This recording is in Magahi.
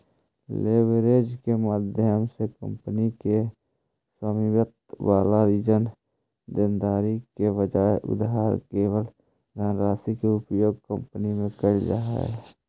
लेवरेज के माध्यम से कंपनी के स्वामित्व वाला ऋण देनदारी के बजाय उधार लेवल धनराशि के उपयोग कंपनी में कैल जा हई